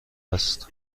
است